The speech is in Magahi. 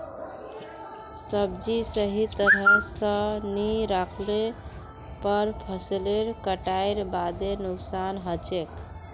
सब्जी सही तरह स नी राखले पर फसलेर कटाईर बादे नुकसान हछेक